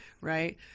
Right